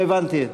לא הבנתי,